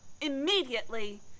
immediately